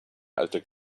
alter